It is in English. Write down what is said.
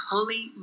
Holy